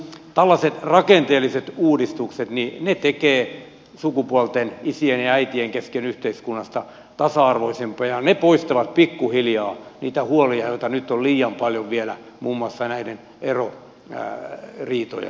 tällaiset rakenteelliset uudistukset tekevät sukupuolten isien ja äitien kesken yhteiskunnasta tasa arvoisemman ja ne poistavat pikkuhiljaa niitä huolia joita nyt on liian paljon vielä muun muassa näiden eroriitojen taustalla